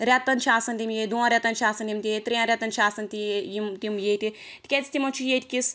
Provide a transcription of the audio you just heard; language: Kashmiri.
ریٚتَن چھِ آسان تِم ییٚتہِ دۄن ریٚتَن چھِ آسان تِم ییٚتہِ تریٚن ریٚتن چھِ آسان تِم ییٚتہِ تِکیٛازِ تِمن چھُ ییٚتکِس